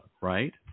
Right